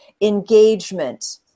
Engagement